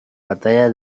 batalla